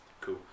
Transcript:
Cool